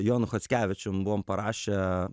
jonu chockevičium buvom parašę